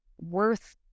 worth